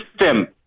System